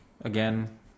again